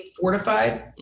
fortified